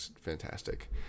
fantastic